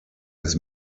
his